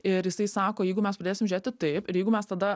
ir jisai sako jeigu mes pradėsim žiūrėti taip ir jeigu mes tada